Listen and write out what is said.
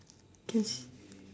Ks